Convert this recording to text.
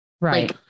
Right